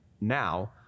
now